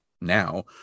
now